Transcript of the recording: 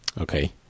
Okay